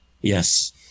yes